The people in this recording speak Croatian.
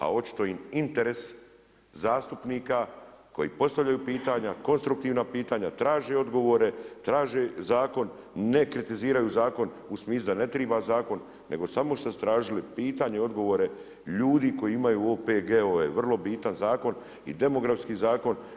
A očito im interes zastupnika, koji postavljaju pitanja, konstruktivna pitanja, traže odgovore, traže zakon, ne kritiziraju zakon, u smislu da ne treba zakon, nego samo su tražili pitanja i odgovore, ljudi koji imaju OPG-ove, vrlo bitan zakon i demografski zakon.